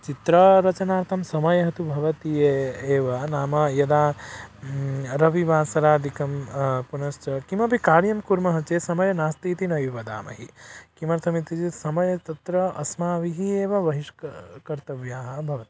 चित्ररचनार्थं समयः तु भवति ए एव नाम यदा रविवासरादिकं पुनश्च किमपि कार्यं कुर्मः चेत् समयः नास्ति इति नैव वदामः किमर्थमिति चेत् समयः तत्र अस्माभिः एव बहिष्करः कर्तव्यः बवति